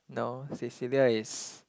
no Cecilia is